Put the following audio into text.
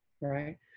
right